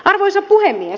arvoisa puhemies